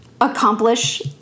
accomplish